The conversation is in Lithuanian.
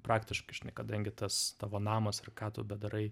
praktiškai žinai kadangi tas tavo namas ar ką tu bedarai